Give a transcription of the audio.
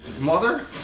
mother